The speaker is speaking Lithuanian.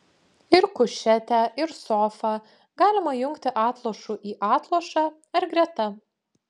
ir kušetę ir sofą galima jungti atlošu į atlošą ar greta